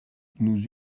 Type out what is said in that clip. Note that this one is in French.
nous